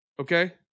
okay